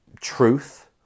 truth